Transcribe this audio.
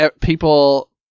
people